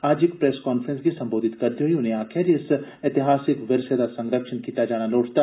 अज्ज इक press conference गी सम्बोधित करदे होई उनें आक्खेआ ऐ जे इस ऐतिहासिक विरसे दा संरक्षण कीता जाना लोड़चदा